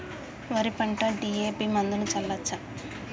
వరి పంట డి.ఎ.పి మందును చల్లచ్చా?